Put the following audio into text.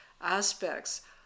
aspects